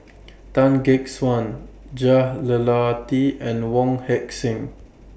Tan Gek Suan Jah Lelawati and Wong Heck Sing